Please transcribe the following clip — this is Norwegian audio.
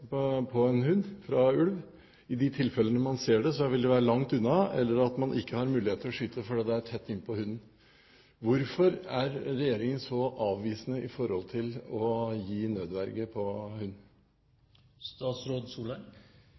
på en hund fra ulv. I de tilfellene man ser det, vil det være så langt unna at man ikke har mulighet til å skyte fordi det er tett innpå hunden. Hvorfor er regjeringen så avvisende til å gi nødverge for hund? Spørsmålet om hund skal vi komme tilbake til, og jeg skal ta argumentene grundig på